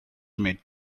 made